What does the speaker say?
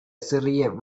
சிறிய